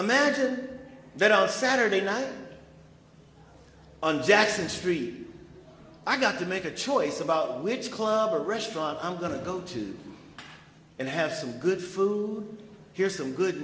imagine that our saturday night on jackson street i got to make a choice about which club or restaurant i'm going to go to and have some good food here's some good